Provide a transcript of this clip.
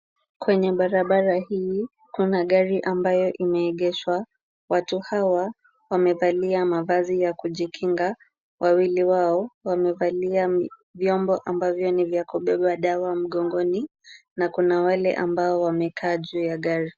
Kwenye barabara hii kuna gari ambayo imeegeshwa, watu hawa wamevalia mavazi ya kujikinga. Wawili wao wamevalia vyombo ambavyo ni vya kubeba dawa mgongoni na kuna wale ambao wamekaa juu ya gari.